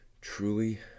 Truly